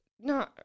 No